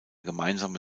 gemeinsame